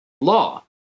law